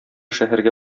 шәһәргә